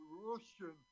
Russian